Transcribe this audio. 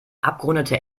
abgerundete